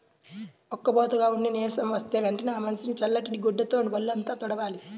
ఉక్కబోతగా ఉండి నీరసం వస్తే వెంటనే ఆ మనిషిని చల్లటి గుడ్డతో వొళ్ళంతా తుడవాలి